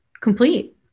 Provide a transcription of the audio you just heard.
complete